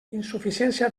insuficiència